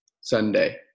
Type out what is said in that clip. Sunday